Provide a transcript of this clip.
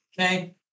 Okay